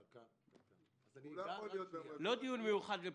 לא דיון מיוחד.